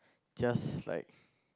just like